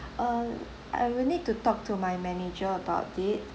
um I will need to talk to my manager about it